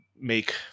make